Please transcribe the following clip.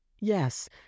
Yes